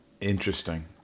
interesting